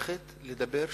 ללכת לדבר שלום.